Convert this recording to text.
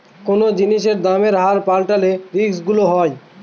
কোনো জিনিসের দামের হার পাল্টালে রিস্ক গুলো হয়